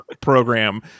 program